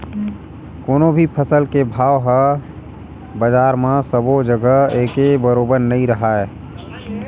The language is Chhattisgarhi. कोनो भी फसल के भाव ह बजार म सबो जघा एके बरोबर नइ राहय